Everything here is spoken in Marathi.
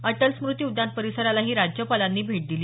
अटल स्मृती उद्यान परिसरालाही राज्यपालांनी भेट दिली